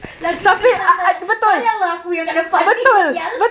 lagi people sayanglah aku ni yang kat depan ni [sial]